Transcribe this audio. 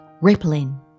rippling